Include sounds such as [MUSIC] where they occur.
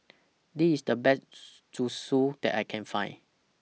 This IS The Best [UNINTELLIGIBLE] Zosui that I Can Find